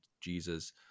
Jesus